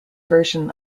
version